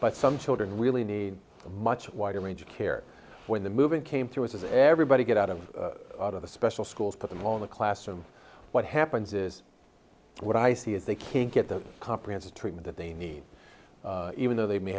but some children really need a much wider range of care when the moving came through is everybody get out of out of the special schools put them all in the classroom what happens is what i see is they can't get the comprehensive treatment that they need even though they may